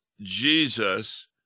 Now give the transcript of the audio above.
jesus